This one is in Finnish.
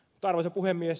arvoisa puhemies